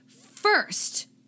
first